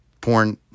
Porn